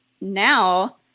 now